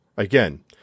Again